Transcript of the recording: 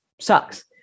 sucks